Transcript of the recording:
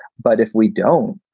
but if we don't,